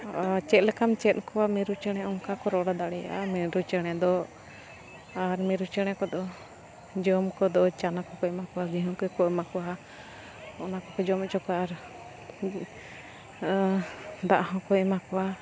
ᱪᱮᱫ ᱞᱮᱠᱟᱢ ᱪᱮᱫ ᱠᱚᱣᱟ ᱢᱤᱨᱩ ᱪᱮᱬᱮ ᱚᱱᱠᱟ ᱠᱚ ᱨᱚᱲᱟ ᱫᱟᱲᱮᱭᱟᱜᱼᱟ ᱢᱤᱨᱩ ᱪᱮᱬᱮ ᱫᱚ ᱟᱨ ᱢᱤᱨᱩ ᱪᱮᱬᱮ ᱠᱚᱫᱚ ᱡᱚᱢ ᱠᱚᱫᱚ ᱪᱟᱱᱟ ᱠᱚᱠᱚ ᱮᱢᱟ ᱠᱚᱣᱟ ᱜᱚᱦᱩᱢ ᱠᱚᱠᱚ ᱮᱢᱟ ᱠᱚᱣᱟ ᱚᱱᱟ ᱠᱚᱠᱚ ᱡᱚᱢ ᱚᱪᱚ ᱠᱚᱣᱟ ᱟᱨ ᱫᱟᱜ ᱦᱚᱸᱠᱚ ᱮᱢᱟ ᱠᱚᱣᱟ